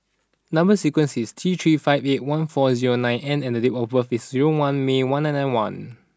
number sequence is T three five eight one four zero nine N and date of birth is zero one May one nine nine one